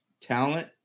Talent